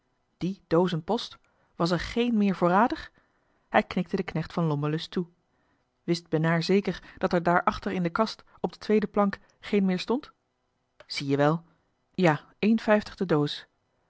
de doozen post was er géén meer voorradig hij knikte den knecht van lommerlust toe wist benaar zeker dat er daar achter in de kast op de tweede plank geen meer stond zie je wel ja eenvijftig de doos